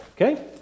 okay